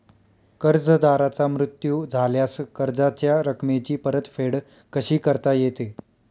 कर्जदाराचा मृत्यू झाल्यास कर्जाच्या रकमेची परतफेड कशी करता येते?